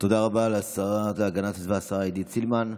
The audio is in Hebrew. תודה רבה לשרה להגנת הסביבה, השרה עידית סילמן.